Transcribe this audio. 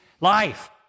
life